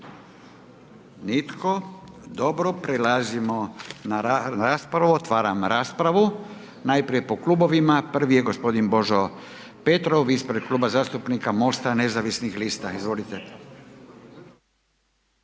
Nitko. Dobro, prelazimo na raspravu, otvaram raspravu, najprije po klubovima, prvi je gospodin Božo Petrov ispred kluba zastupnika Mosta nezavisnih lista. **Petrov,